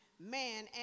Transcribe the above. man